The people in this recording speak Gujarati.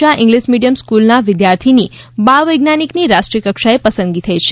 શાહ ઇંગ્લિશ મીડિયમ સ્ફૂલના વિદ્યાર્થીની બાળ વૈજ્ઞાનિકની રાષ્ટ્રીય કક્ષાએ પસંદગી થઇ છે